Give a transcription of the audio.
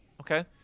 Okay